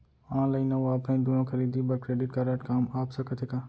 Online अऊ offline दूनो खरीदी बर क्रेडिट कारड काम आप सकत हे का?